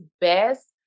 best